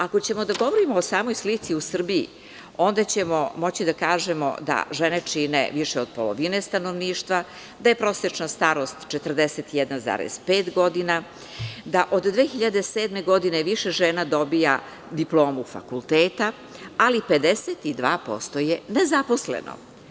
Ako ćemo da govorimo o samoj slici u Srbiji, onda ćemo moći da kažemo da žene čine više od polovine stanovništva, da je prosečna starost 41,5 godina, da od 2007. godine više žena dobija diplomu fakulteta, ali 52% je nezaposleno.